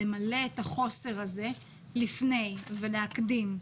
נמלא את החוסר הזה לפני ולהקדים.